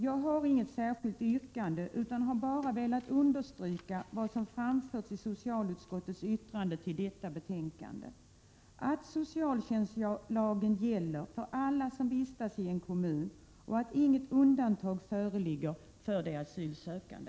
Jag har inget särskilt yrkande utan har bara velat understryka vad som framförts i socialutskottets yttrande, att socialtjänstlagen gäller för alla som vistas i en kommun och att inget undantag föreligger för de asylsökande.